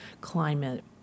climate